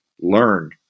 learn